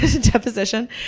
Deposition